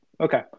Okay